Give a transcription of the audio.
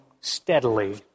steadily